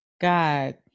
God